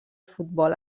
futbol